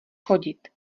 chodit